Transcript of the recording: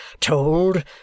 told